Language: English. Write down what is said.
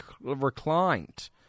reclined